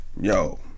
yo